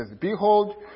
Behold